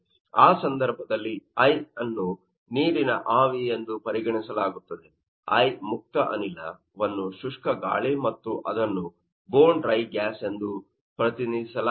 ಆ ಸಂದರ್ಭದಲ್ಲಿ i ಅನ್ನು ನೀರಿನ ಆವಿ ಎಂದು ಪ್ರರಿಗಣಿಸಲಾಗಿದೆ i ಮುಕ್ತ ಅನಿಲ ವನ್ನು ಶುಷ್ಕ ಗಾಳಿ ಮತ್ತು ಅದನ್ನು ಬೋನ್ ಡ್ರೈ ಗ್ಯಾಸ್ ಎಂದು ಪ್ರತಿನಿಧಿಸಲಾಗಿದೆ